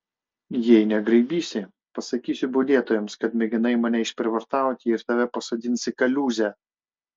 jei negraibysi pasakysiu budėtojams kad mėginai mane išprievartauti ir tave pasodins į kaliūzę